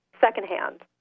secondhand